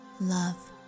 love